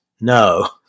No